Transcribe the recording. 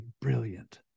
brilliant